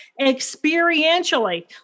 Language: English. experientially